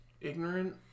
ignorant